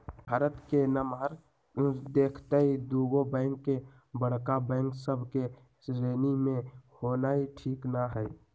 भारत के नमहर देखइते दुगो बैंक के बड़का बैंक सभ के श्रेणी में होनाइ ठीक न हइ